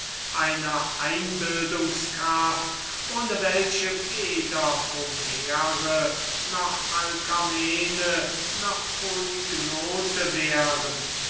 einer einbildungskraft ohne welche weder homere noch alcamene noch polygnote wären